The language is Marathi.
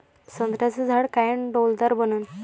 संत्र्याचं झाड कायनं डौलदार बनन?